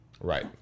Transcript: Right